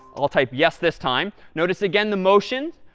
i'll type yes this time. notice, again, the motion.